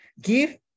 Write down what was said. Give